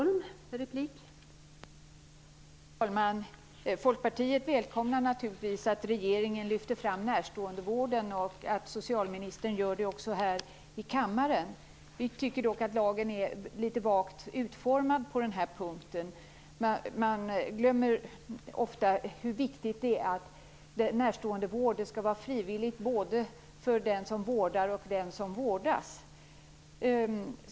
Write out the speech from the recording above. Fru talman! Folkpartiet välkomnar naturligtvis att regeringen lyfter fram närståendevården och att socialministern gör det också här i kammaren. Vi tycker dock att lagen är litet vagt utformad på den här punkten. Man glömmer ofta hur viktigt det är att närståendevården skall vara frivillig, både för den som vårdar och för den som vårdas.